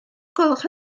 gwelwch